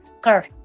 curve